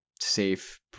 safe